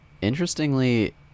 interestingly